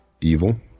evil